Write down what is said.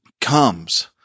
comes